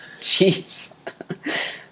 Jeez